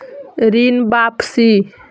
ऋण वापसी?